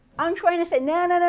i'm trying to say,